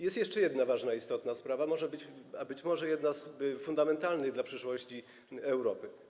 Jest jeszcze jedna ważna i istotna sprawa, być może jedna z fundamentalnych dla przyszłości Europy.